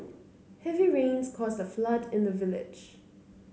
heavy rains caused a flood in the village